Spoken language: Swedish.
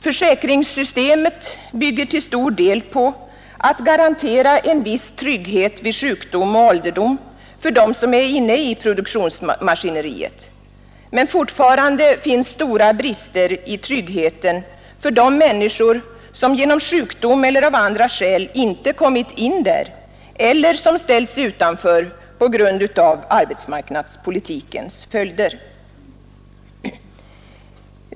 Försäkringssystemet går till stor del ut på att garantera en viss trygghet vid sjukdom och ålderdom för dem som är inne i produktionsmaskineriet, men fortfarande finns stora brister i tryggheten för de människor som genom sjukdom eller av andra skäl inte kommit in där eller som ställts utanför på grund av arbetsmarknadspolitikens följder.